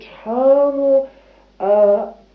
eternal